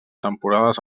temporades